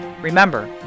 Remember